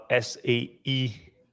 SAE